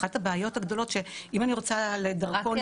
אחת הבעיות הגדולות שאם אני רוצה -- רק